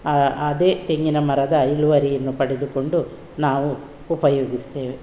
ಅ ಅದೇ ತೆಂಗಿನ ಮರದ ಇಳುವರಿಯನ್ನು ಪಡೆದುಕೊಂಡು ನಾವು ಉಪಯೋಗಿಸ್ತೇವೆ